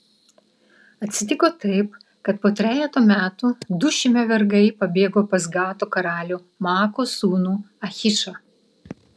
atsitiko taip kad po trejeto metų du šimio vergai pabėgo pas gato karalių maakos sūnų achišą